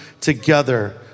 together